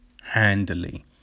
handily